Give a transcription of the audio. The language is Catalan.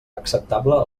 acceptable